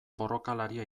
borrokalaria